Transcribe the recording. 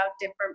different